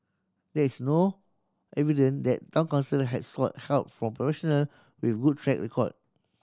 there is no evidence that Town Council has sought help from professional with good track record